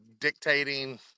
dictating